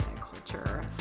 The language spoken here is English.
culture